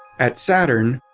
at saturn,